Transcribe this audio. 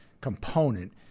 component